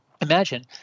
imagine